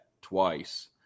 twice